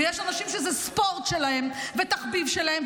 ויש אנשים שזה ספורט שלהם ותחביב שלהם,